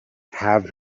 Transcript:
have